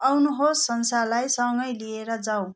आउनुहोस् संसारलाई सँगै लिएर जाऊ